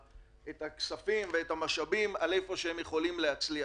הכספים והמשאבים במקום שהם יכולים להצליח.